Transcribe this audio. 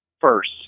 first